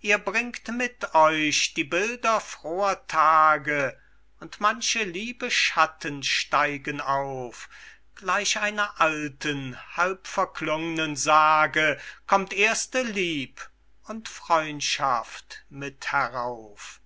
ihr bringt mit euch die bilder froher tage und manche liebe schatten steigen auf gleich einer alten halbverklungnen sage kommt erste lieb und freundschaft mit herauf